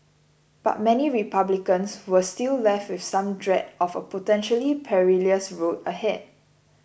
but many Republicans were still left with some dread of a potentially perilous road ahead